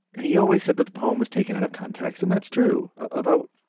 and he always said that the poem was taken out of context, and that's true, although,